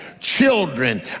children